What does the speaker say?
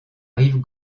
rive